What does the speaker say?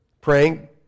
praying